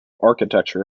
architecture